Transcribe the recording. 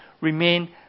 remain